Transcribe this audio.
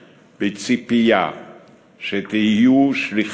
כידוע, אסטרטגיה מורכבת מעוצמה צבאית ומחוכמה